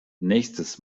nächstes